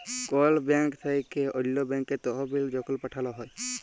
call bank থ্যাইকে অল্য ব্যাংকে তহবিল যখল পাঠাল হ্যয়